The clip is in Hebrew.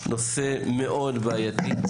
נושא מאוד בעייתי.